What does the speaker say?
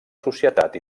societat